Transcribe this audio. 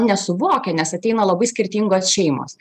nesuvokia nes ateina labai skirtingos šeimos